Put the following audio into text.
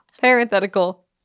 Parenthetical